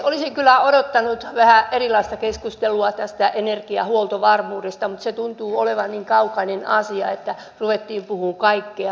olisin kyllä odottanut vähän erilaista keskustelua tästä energiahuoltovarmuudesta mutta se tuntuu olevan niin kaukainen asia että ruvettiin puhumaan kaikkea muuta